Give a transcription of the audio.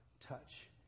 touch